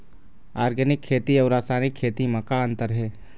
Organic खेती अउ रासायनिक खेती म का अंतर हे?